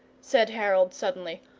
said harold, suddenly.